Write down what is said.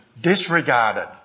disregarded